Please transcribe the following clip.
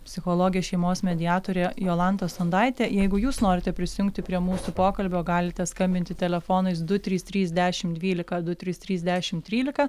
psichologė šeimos mediatorė jolanta sondaitė jeigu jūs norite prisijungti prie mūsų pokalbio galite skambinti telefonais du trys trys dešim dvylika du trys trys dešim trylika